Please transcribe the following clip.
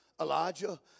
Elijah